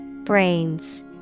Brains